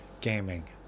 gaming